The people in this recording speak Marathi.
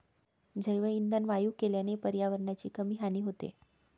जैवइंधन वायू केल्याने पर्यावरणाची कमी हानी होते